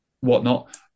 whatnot